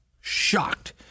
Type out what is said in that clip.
shocked